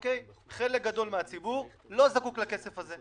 חלק גדול מהציבור לא זקוק לכסף הזה.